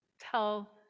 tell